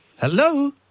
Hello